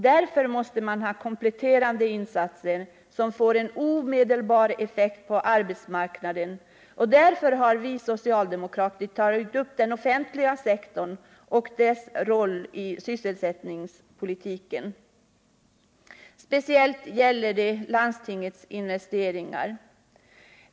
Man måste ha kompletterande insatser som får en omedelbar effekt på arbetsmarknaden, och därför har vi socialdemokrater tagit upp den offentliga sektorn och dess roll i sysselsättningspolitiken. Detta gäller speciellt landstingets investeringar.